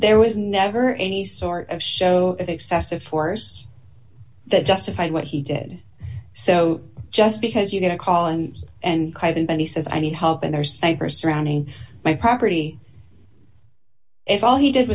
there was never any sort of show of excessive force that justified what he did so just because you get a call and and then he says i need help and there are snipers surrounding my property if all he did